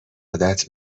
عادت